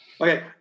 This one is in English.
Okay